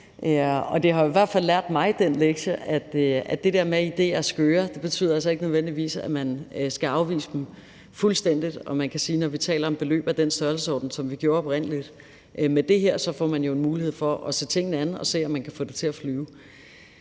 Det har i hvert fald lært mig den lektie, at det der med, at idéer er skøre, ikke nødvendigvis betyder, at man skal afvise dem fuldstændig. Og man kan sige, at når vi taler om beløb af den størrelsesorden, som vi oprindelig gjorde med det her, får man jo mulighed for at se tingene an og se, om man kan få det til at flyve.